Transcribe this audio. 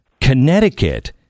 Connecticut